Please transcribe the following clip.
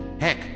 Heck